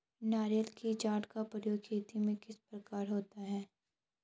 नारियल की जटा का प्रयोग खेती में किस प्रकार होता है?